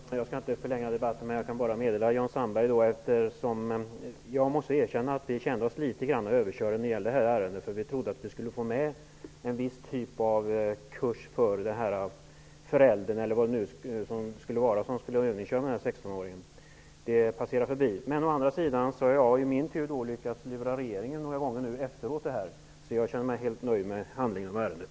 Herr talman! Jag skall inte förlänga debatten ytterligare utan vill bara meddela Jan Sandberg följande. Jag måste erkänna att vi kände oss litet grand överkörda i det här ärendet. Vi trodde alltså att vi skulle få med en viss typ av kurs för den förälder, eller vem det nu är, som övningskör med 16 åringen. Det gick man dock förbi. Men å andra sidan har jag i min tur därefter lyckats lura regeringen några gånger, så jag känner mig helt nöjd med handläggningen av ärendet.